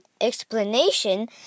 explanation